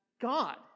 God